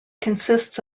consists